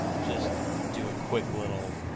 just do a quick little,